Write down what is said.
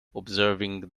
observing